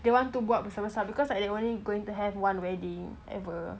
they want to buat besar besar because they are only going to have one wedding ever